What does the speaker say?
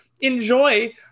enjoy